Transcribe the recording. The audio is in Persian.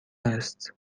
است